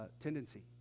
tendency